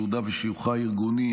ייעודה ושיוכה הארגוני,